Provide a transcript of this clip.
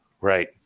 Right